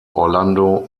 orlando